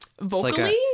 Vocally